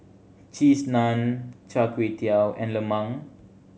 Cheese Naan Char Kway Teow and lemang